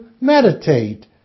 meditate